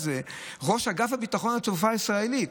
ראש אגף ביטחון התעופה הישראלית,